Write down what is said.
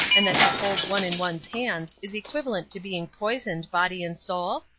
and that to hold one in one's hand is equivalent to being poisoned, body and soul?